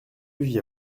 via